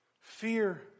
Fear